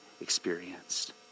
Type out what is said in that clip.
experienced